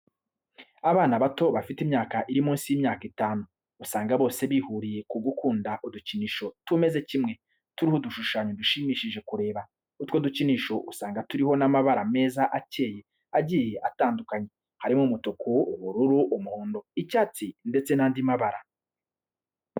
Abana bato bafite imyaka iri munsi y'imyaka itanu, usanga bose bahuriye ku gukunda udukinisho tumeze kimwe, turiho udushushanyo dushimishije kureba, utwo dukinisho usanga turiho n'amabara meza akeye agiye atandukanye, harimo umutuku, ubururu, umuhondo, icyatsi, ndetse n'andi mabara.